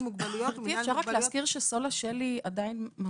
גברתי, אפשר רק להזכיר שסולה שלי עדיין ממתינה?